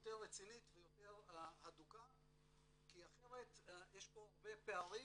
יותר רצינית ויותר הדוקה כי אחרת יש פה הרבה פערים.